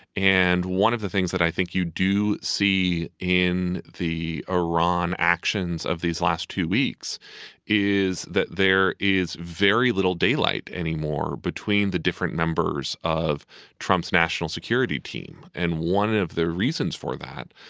and one of the things that i think you do see in the iran actions of these last two weeks is that there is very little daylight anymore between the different members of trump's national security team. and one of the reasons for that,